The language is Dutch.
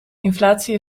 inflatie